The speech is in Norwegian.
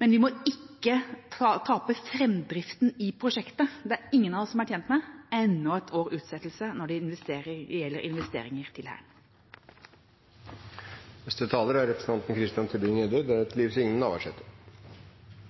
Men vi må ikke tape framdriften i prosjektet. Det er ingen av oss som er tjent med enda ett års utsettelse når det gjelder investeringer i Hæren. Forslaget fra Venstre om offentlighet rundt landmaktstudien er som å slå inn åpne dører. Offentligheten gis anledning til